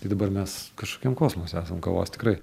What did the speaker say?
tai dabar mes kažkokiam kosmose esam kavos tikrai